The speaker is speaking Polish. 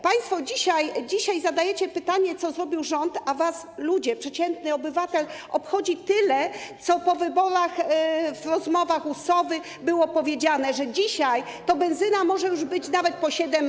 Państwo dzisiaj zadajecie pytanie, co zrobił rząd, a was ludzie, przeciętny obywatel obchodzi tyle, co po wyborach w rozmowach u Sowy było powiedziane: dzisiaj to benzyna może już być nawet po 7 zł.